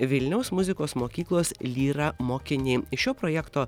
vilniaus muzikos mokyklos lyra mokiniai šio projekto